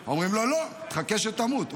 שלו, ואומרים לו: לא, תחכה שתמות.